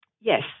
Yes